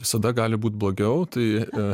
visada gali būt blogiau tai